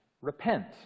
repent